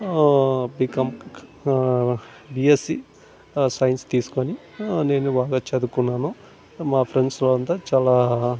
BCom BSc science తీసుకుని నేను బాగా చదువుకున్నాను మా ఫ్రెండ్స్లో అంతా చాలా